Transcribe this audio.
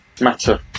matter